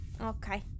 Okay